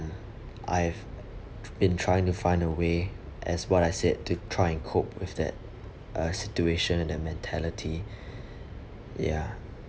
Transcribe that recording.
I've been trying to find a way as what I said to try and cope with that uh situation and that mentality ya